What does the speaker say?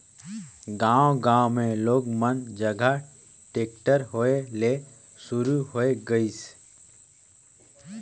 गांव गांव मे लोग मन जघा टेक्टर होय ले सुरू होये गइसे